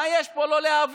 מה יש פה לא להבין?